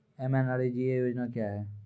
MNREGA योजना क्या हैं?